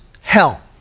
hell